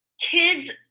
kids